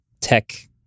tech